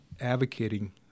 advocating